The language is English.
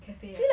cafe ah